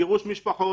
גירוש משפחות.